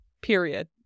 Period